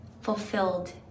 fulfilled